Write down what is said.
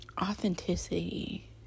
authenticity